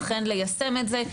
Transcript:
אכן ליישם את זה,